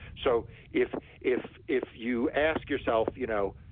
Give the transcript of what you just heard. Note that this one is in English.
so if if if you ask yourself, you know,